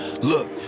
Look